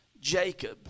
Jacob